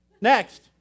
Next